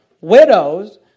widows